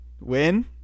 win